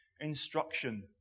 instruction